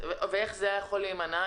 איך זה היה יכול להימנע?